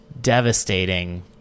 devastating